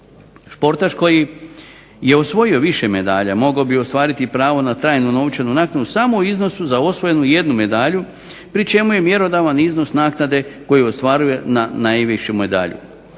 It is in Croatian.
Športaš koji je osvojio više medalja mogao bi ostvariti i pravo na trajnu novčanu naknadu samo u iznosu za osvojenu jednu medalju, pri čemu je mjerodavan iznos naknade koji ostvaruje na najvišu medalju.